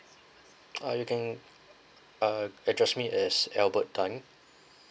uh you can uh address me as albert tan